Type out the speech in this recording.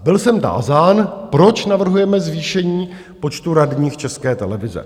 Byl jsem tázán, proč navrhujeme zvýšení počtu radních České televize.